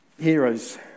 heroes